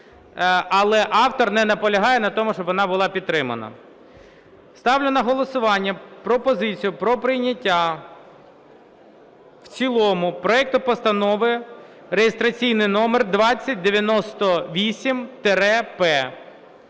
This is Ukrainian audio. Але автор не наполягає на тому, щоб вона була підтримана. Ставлю на голосування пропозицію про прийняття в цілому проекту Постанови (реєстраційний номер 2098-П).